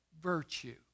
virtue